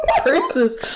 purses